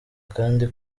kandi